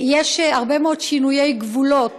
יש הרבה מאוד שינויי גבולות